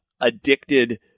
addicted